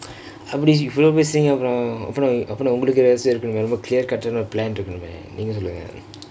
I mean you follow this thingk அப்பிரம் அப்பிரம் அப்பிரம் உங்களுக்கு ஒறு :approm approm approm ungkalukku oru clear cut plan இருக்கனுமே சொல்லுங்க:irukkanume neengka sollungka